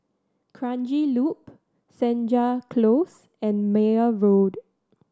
Kranji Loop Senja Close and Meyer Road